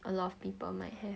a lot of people might have